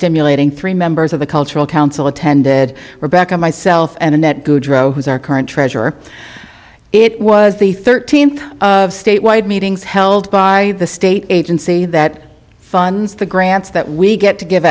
stimulating three members of the cultural council attended rebecca myself and annette goudreau who's our current treasurer it was the thirteenth statewide meetings held by the state agency that funds the grants that we get to give